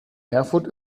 erfurt